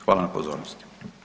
Hvala na pozornosti.